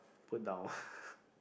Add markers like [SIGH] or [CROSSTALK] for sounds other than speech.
put down [LAUGHS]